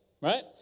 right